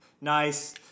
nice